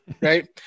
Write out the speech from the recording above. right